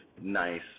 nice